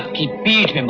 he beats